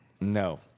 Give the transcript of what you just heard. no